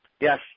Yes